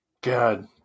God